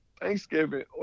Thanksgiving